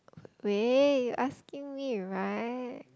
wait you asking me right